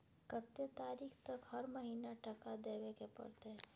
कत्ते तारीख तक हर महीना टका देबै के परतै?